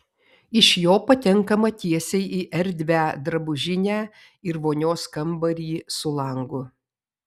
iš jo patenkama tiesiai į erdvią drabužinę ir vonios kambarį su langu